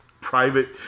private